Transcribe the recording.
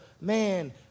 man